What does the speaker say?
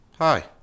Hi